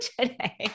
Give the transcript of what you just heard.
today